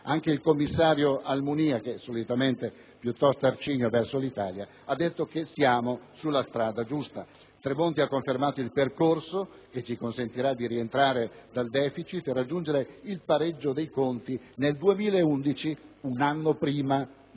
Anche il commissario Almunia, che è solitamente piuttosto arcigno verso l'Italia, ha detto che siamo sulla strada giusta. Il ministro Tremonti ha confermato il percorso che ci consentirà di rientrare dal deficit e di raggiungere il pareggio dei conti nel 2011, un anno prima della